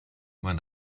man